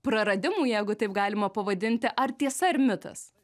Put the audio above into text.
praradimų jeigu taip galima pavadinti ar tiesa ar mitas